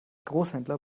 großhändler